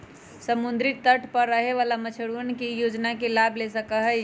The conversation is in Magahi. समुद्री तट पर रहे वाला मछुअरवन ई योजना के लाभ ले सका हई